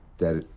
that,